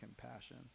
compassion